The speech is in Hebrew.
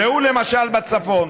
ראו למשל בצפון,